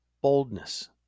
boldness